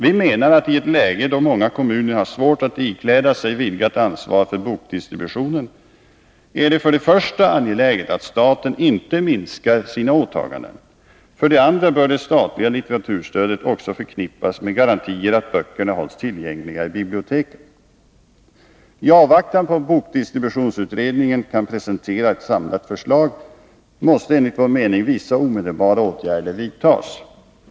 Vi menar att det i ett läge då många kommuner har svårt att ikläda sig ett vidgat ansvar för bokdistributionen är det för det första angeläget att staten inte minskar sitt åtagande. För det andra bör det statliga litteraturstödet också förknippas med garantier för att böcker hålls tillgängliga i bibliotek. I avvaktan på att bokdistributionsutredningen kan presentera ett samlat förslag måste vissa omedelbara åtgärder vidtas.